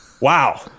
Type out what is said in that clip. Wow